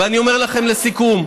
ואני אומר לכם, לסיכום,